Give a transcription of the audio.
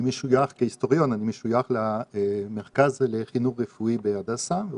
אני משויך כהיסטוריון למרכז לחינוך רפואי בהדסה,